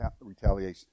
retaliation